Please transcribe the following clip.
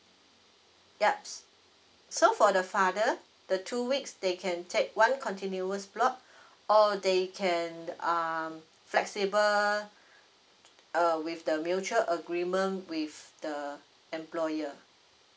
yups so for the father the two weeks they can take one continuous block or they can um flexible uh with the mutual agreement with the employer